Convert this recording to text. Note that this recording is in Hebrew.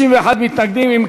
61 מתנגדים, עשרה נמנעים.